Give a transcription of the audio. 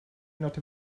not